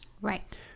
right